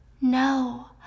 No